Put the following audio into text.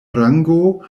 rango